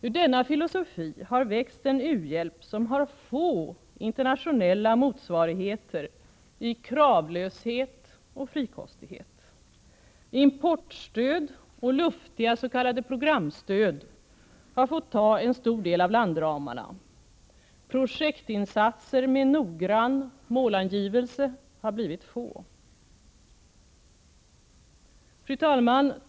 Ur denna filosofi har växt en u-hjälp, som har få internationella motsvarigheter i kravlöshet och frikostighet. Importstöd och luftiga s.k. programstöd har fått ta en stor del av landramarna. Projektinsatser med noggrann målangivelse har blivit få. Fru talman!